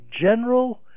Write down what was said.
general